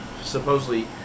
Supposedly